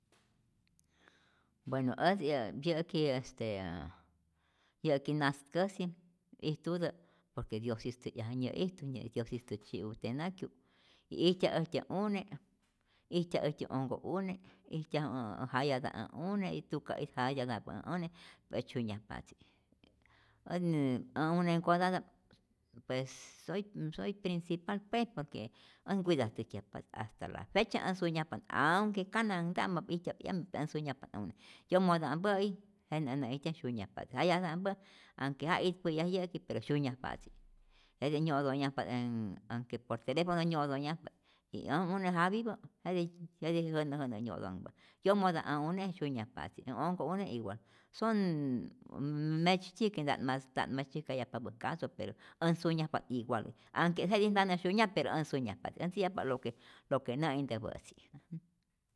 Bueno ät yä yä'ki, yäki nas'käsi ijtutä por que diosistä yak nyä'ijtu, diosistä tzyi'u tenakyu y ijtya äjtyä une', ijtya äjtyä onhko'une, ijtyaju jayata' ä une, tuka ij jayata'mpä ä une pe ät sunyajpa'tzi, ät ä unenhkotata'p pues soy soy principal, pues por que ät cuidatzäjkyajpa't hasta la fecha, ät sunyajpa't sunyajpa't aunque kananhta'map, ijtyaj 'yame pe äj sunyajpa't ä une, yomota'mpä'i jenä't nä'ijtyaj syunyajpa't, jayata'mpä'i aunque ja itpä'yaj yä'ki pero syunyajpa'tzi, jete nyä'otonhyajpa't anhke por telefono nyä'otonhyajpa't y äj une japipä jede jete jä'nä jä'nä nyä'otonhpa't, yomota' ä une' syunyajpa'tzi, ä onhko'une' igual, son metzytyiyä que nta't mas nta't mas tzyäjkayajpapä'i caso pero ät sunyajpa't iguales anhke jetij nta't nä syunyaj, pero ät sunyajpa't ät ntzi'yajpa't lo que nä'intäpä'tzi.